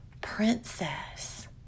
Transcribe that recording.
princess